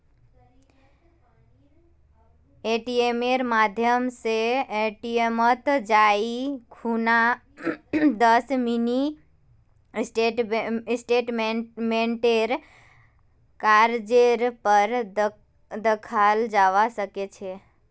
एटीएमेर माध्यम स एटीएमत जाई खूना दस मिनी स्टेटमेंटेर कागजेर पर दखाल जाबा सके छे